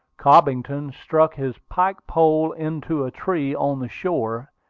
cobbington struck his pike-pole into a tree on the shore,